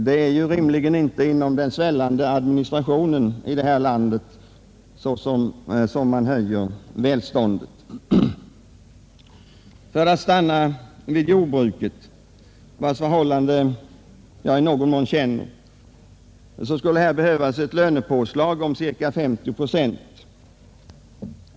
Det är ju rimligen inte inom den svällande administrationen här i landet som man höjer välståndet. För att stanna vid jordbruket, vars förhållanden jag i någon mån känner till, vill jag säga att det i detta fall skulle behövas ett lönepåslag om ca 50 procent.